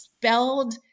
Spelled